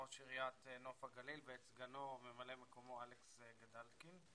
ראש עיריית נוף הגליל ואת סגנו וממלא מקומו אלכס גדלקין.